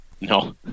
No